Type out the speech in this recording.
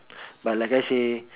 but like I say